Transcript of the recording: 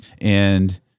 And-